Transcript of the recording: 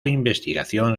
investigación